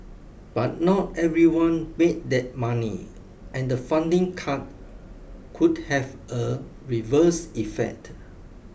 but not everyone made that money and the funding cut could have a reverse effect